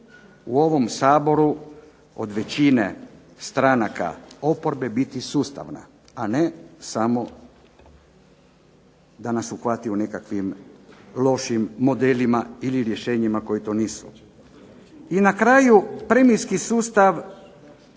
u ovom Saboru od većine stranaka oporbe biti sustavna, a ne samo da nas uhvati u nekakvim lošim modelima ili rješenjima koji to nisu. I na kraju, premijski sustav